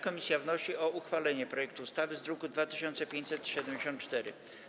Komisja wnosi o uchwalenie projektu ustawy z druku nr 2574.